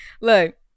Look